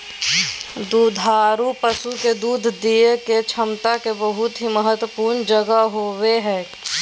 दुधारू पशु के दूध देय के क्षमता के बहुत ही महत्वपूर्ण जगह होबय हइ